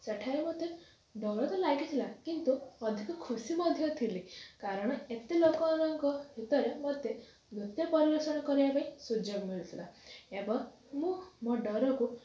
ସେଠାରେ ମୋତେ ଡର ତ ଲାଗିଥିଲା କିନ୍ତୁ ଅଧିକ ଖୁସି ମଧ୍ୟ ଥିଲି କାରଣ ଏତେ ଲୋକମାନଙ୍କ ଭିତରେ ମୋତେ ନୃତ୍ୟ ପରିବେଷଣ କରିବା ପାଇଁ ସୁଯୋଗ ମିଳିଥିଲା ଏବଂ ମୁଁ ମୋ ଡରକୁ